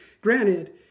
Granted